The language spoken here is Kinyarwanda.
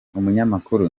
umunyamakuru